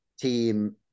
team